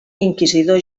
inquisidor